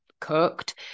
cooked